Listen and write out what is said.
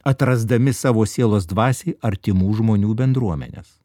atrasdami savo sielos dvasiai artimų žmonių bendruomenes